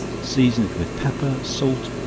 season it with pepper, salt,